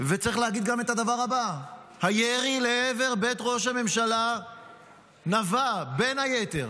וצריך להגיד גם את הדבר הבא: הירי לעבר בית ראש הממשלה נבע בין היתר